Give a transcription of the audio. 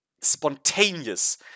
spontaneous